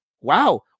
wow